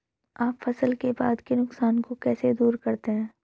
आप फसल के बाद के नुकसान को कैसे दूर करते हैं?